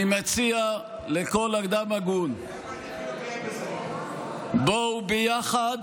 המליאה.) אני מציע לכל אדם הגון: בואו ביחד